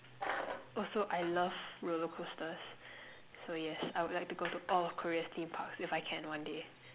also I love roller coasters so yes I would like to go to all Korea's theme parks if I can one day